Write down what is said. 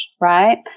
right